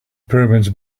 pyramids